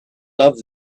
loved